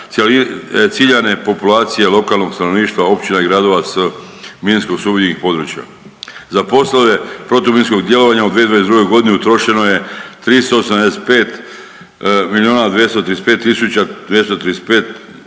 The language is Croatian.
ciljane populacije lokalnog stanovništva, općina i gradova s minsko sumnjivih područja. Za poslove protuminskog djelovanja u 2022.g. utrošeno je 385